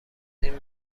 این